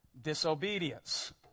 disobedience